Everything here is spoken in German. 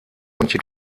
mönche